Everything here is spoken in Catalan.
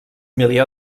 milió